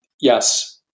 yes